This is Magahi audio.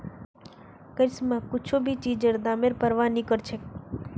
करिश्मा कुछू भी चीजेर दामेर प्रवाह नी करछेक